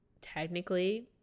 technically